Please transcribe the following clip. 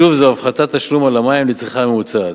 שוב, זו הפחתת תשלום על המים לצריכה הממוצעת.